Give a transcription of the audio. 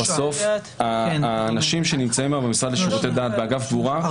בסוף האנשים שנמצאים היום באגף קבורה במשרד לשירותי דת